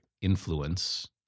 influence